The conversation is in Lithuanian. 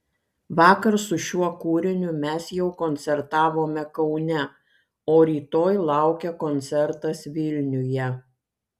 vakar su šiuo kūriniu mes jau koncertavome kaune o rytoj laukia koncertas vilniuje